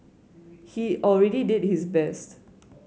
he already did his best